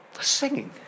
Singing